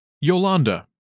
Yolanda